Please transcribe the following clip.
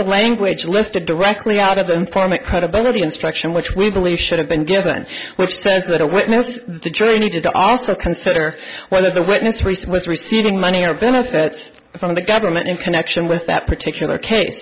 the language listed directly out of the informant credibility instruction which we believe should have been given which says that a witness has the joy needed to also consider whether the witness reese was receiving money or benefits from the government in connection with that particular case